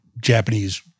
Japanese